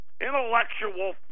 intellectual